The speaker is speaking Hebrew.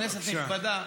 כנסת נכבדה,